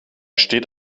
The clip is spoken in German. steht